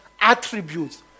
attributes